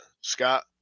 Scott